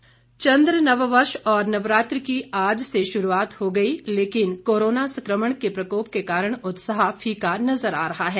नवरात्र चन्द्र नववर्ष और नवरात्र की आज से शुरुआत हो गई लेकिन कोरोना संक्रमण के प्रकोप के कारण उत्साह फीका नजर आ रहा है